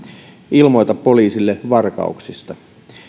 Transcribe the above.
ilmoita poliisille varkauksista